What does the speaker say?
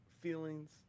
feelings